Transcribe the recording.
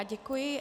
Děkuji.